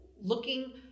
looking